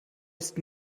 ist